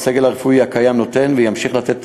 הסגל הרפואי הקיים נותן וימשיך לתת את